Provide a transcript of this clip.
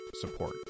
support